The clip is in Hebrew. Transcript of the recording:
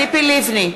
ציפי לבני,